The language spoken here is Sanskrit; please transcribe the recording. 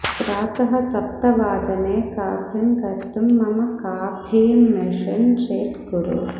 प्रातः सप्तवादने काफिं कर्तुं मम काफी मेशन् सेट् कुरु